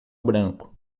branco